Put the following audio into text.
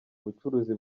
ubucuruzi